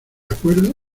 acuerdo